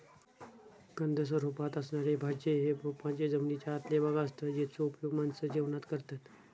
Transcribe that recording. कंद स्वरूपात असणारे भाज्ये हे रोपांचे जमनीच्या आतले भाग असतत जेचो उपयोग माणसा जेवणात करतत